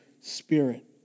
Spirit